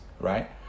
right